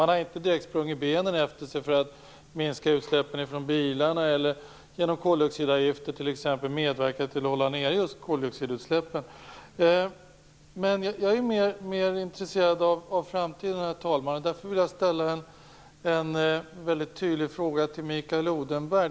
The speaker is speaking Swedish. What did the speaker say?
Man har inte direkt sprungit benen av sig för att minska utsläppen från bilarna eller genom koldioxidavgifter t.ex. medverka till att hålla nere koldioxidutsläppen. Men jag är mer intresserad av framtiden, herr talman. Därför vill jag ställa en väldigt tydlig fråga till Mikael Odenberg.